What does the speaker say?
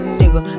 nigga